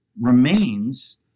remains